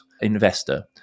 investor